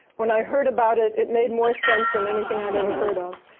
when i heard about it, it made more sense than anything i had ever heard of.